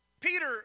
Peter